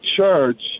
church